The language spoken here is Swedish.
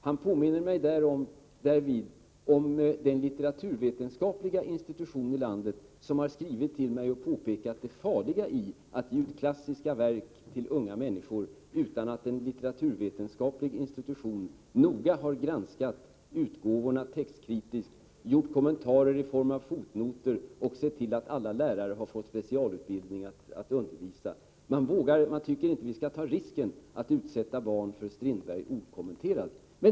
Han påminner mig därvid om den litteraturvetenskapliga institution i landet som har skrivit till mig och påpekat det farliga i att ge ut klassiska verk till unga människor, utan att en litteraturvetenskaplig institution noga har granskat utgåvorna textkritiskt, gjort kommentarer i form av fotnoter och sett till att alla lärare har fått specialutbildning i att undervisa. Man tycker inte att vi skall ta risken att utsätta våra barn för Strindberg okommenterad.